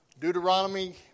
Deuteronomy